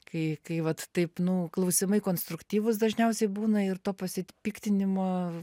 kai kai vat taip nu klausimai konstruktyvūs dažniausiai būna ir to pasipiktinimo